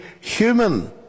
human